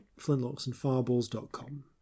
flintlocksandfireballs.com